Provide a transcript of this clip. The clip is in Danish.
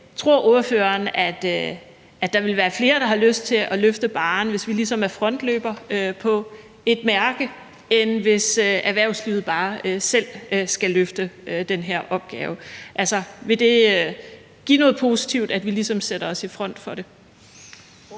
Tror ordføreren, at der vil være flere, der har lyst til at løfte barren, hvis vi ligesom er frontløbere på et mærke, end hvis erhvervslivet bare selv skal løfte den her opgave? Altså, vil det give noget positivt, at vi ligesom sætter os i front for det?